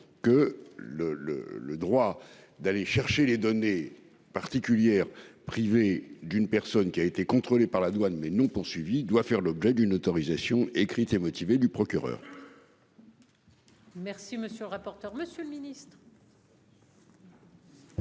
le le droit d'aller chercher les données particulières privée d'une personne qui a été contrôlé par la douane mais non poursuivi doit faire l'objet d'une autorisation écrite et motivée du procureur. Merci monsieur le rapporteur. Monsieur le Ministre.